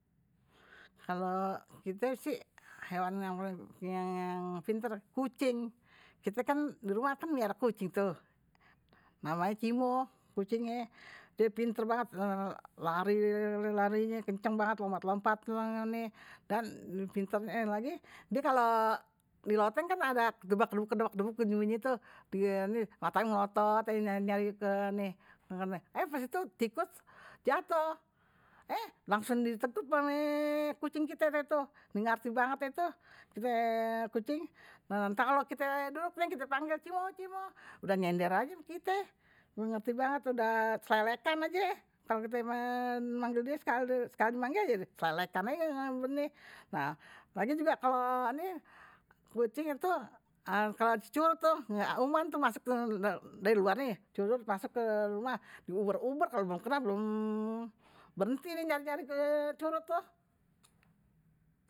Kalau kite sih, hewan yang pintar, kucing. Kite kan di rumah kan punya kucing. Namanye cimo, kucingnye. Dia pintar banget lari. Kencang banget lompat lompat banget. Dan pintarnya yang lain lagi, dia kalau di loteng kan ada debak-debak-debak-debak. Tu die matanya melotot yang nyari ke nih. Eh pas tu tikus jatuh. eh langsung ditetup ame kucing kite tu ngerti banget tu kite kucing ntar kalau kite duduknya kite panggil cimo-cimo udah nyendir aja kite ngerti banget udah selelekan aja kalau kite memanggil dia sekali sekali dimanggil aja dia selelekan aja ngerti nah lagi juga kalau ini kucing tu kalau cecurut tuh nggak umpan tuh masuk ke dari luar ini cecurut masuk ke rumah di uber-uber kalau belum kena belum berhenti die nyari-nyari ke curut, tuh.